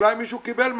אולי מישהו קיבל משהו.